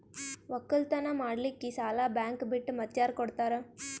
ಒಕ್ಕಲತನ ಮಾಡಲಿಕ್ಕಿ ಸಾಲಾ ಬ್ಯಾಂಕ ಬಿಟ್ಟ ಮಾತ್ಯಾರ ಕೊಡತಾರ?